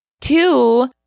Two